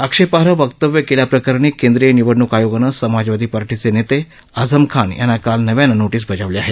आक्षेपाई वक्तव्य केल्याप्रकरणी केंद्रीय निवडणूक आयोगानं समाजवादी पार्टीचे नेत आझम खान यांना काल नव्यानं नोटीस बजावली आहे